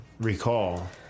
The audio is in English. recall